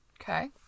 Okay